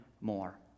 more